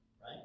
right